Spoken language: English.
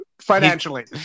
financially